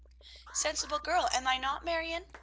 sensible girl, am i not, marion?